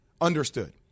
understood